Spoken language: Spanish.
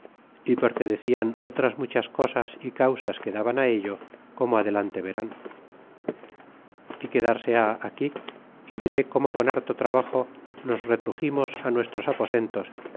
y porque decian otras muchas cosas y causas que daban ello como adelante verán y quedarse ha aquí y diré como con harto trabajo nos retruximos nuestros aposentos